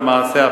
למעשה,